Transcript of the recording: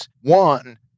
One